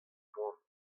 poan